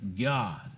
God